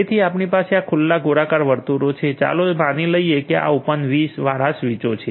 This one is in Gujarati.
તેથી આપણી પાસે આ ખુલ્લા ગોળાકાર વર્તુળો છે ચાલો માની લઈએ કે આ ઓપન વી વાળા સ્વીચો છે